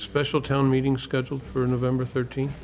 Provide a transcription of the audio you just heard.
special town meeting scheduled for november thirteenth